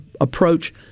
approach